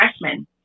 freshmen